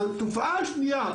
התופעה השנייה,